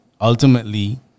ultimately